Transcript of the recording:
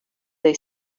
they